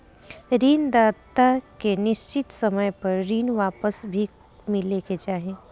ऋण दाता के निश्चित समय पर ऋण वापस भी मिले के चाही